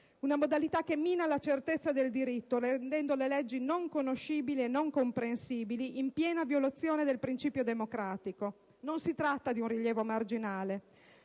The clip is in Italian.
una modalità che «mina la certezza del diritto», rendendo le leggi non conoscibili e non comprensibili in piena violazione del principio democratico. Non si tratta di un rilievo marginale: